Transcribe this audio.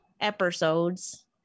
Episodes